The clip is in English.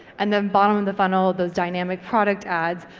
and then bottom of the funnel, those dynamic product ads.